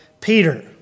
Peter